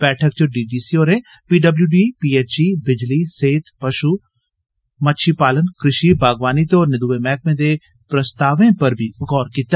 बैठक इच डीडीससी होरें पीडब्ल्यूडी पीएचई बिजली सेहत पश् मच्छी पालन कृषि बागवानी ते होरनें दुए मैहकर्मे दे प्रस्ताव उप्पर बी गौर कीता